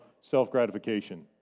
self-gratification